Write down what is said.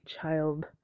child